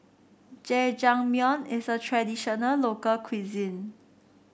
Jajangmyeon is a traditional local cuisine